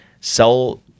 sell